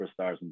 superstars